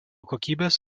kokybės